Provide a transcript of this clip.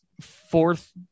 fourth